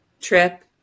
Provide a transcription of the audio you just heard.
trip